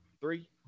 three